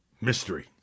mystery